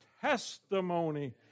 testimony